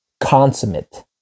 consummate